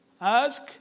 Ask